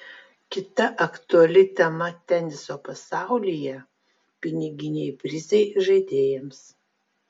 kita aktuali tema teniso pasaulyje piniginiai prizai žaidėjams